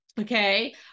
Okay